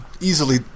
easily